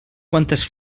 quantes